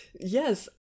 yes